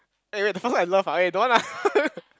eh wait the person I love ah eh don't want lah